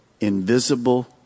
invisible